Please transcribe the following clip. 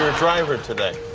ah driver today.